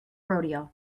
rodeo